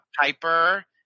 Piper